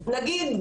נגיד,